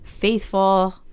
faithful